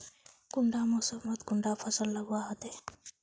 कुंडा मोसमोत कुंडा फसल लगवार होते?